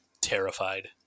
terrified